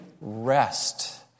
rest